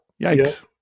Yikes